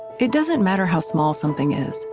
it doesn't matter how small something is.